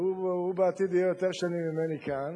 והוא בעתיד יהיה יותר שנים ממני כאן,